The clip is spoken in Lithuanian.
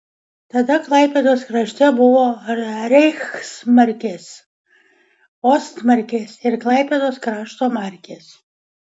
tada klaipėdos krašte buvo reichsmarkės ostmarkės ir klaipėdos krašto markės